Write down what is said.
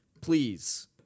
Please